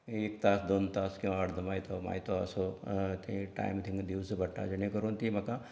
एक तास दोन तास किंवां अर्दो मायतो असो टायम थिंगा दिवचो पडटा जेणे करून तीं म्हाका